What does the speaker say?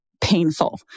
painful